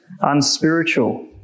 unspiritual